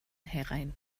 herein